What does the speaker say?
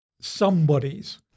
somebody's